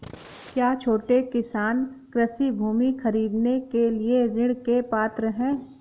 क्या छोटे किसान कृषि भूमि खरीदने के लिए ऋण के पात्र हैं?